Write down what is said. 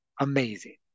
amazing